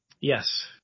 Yes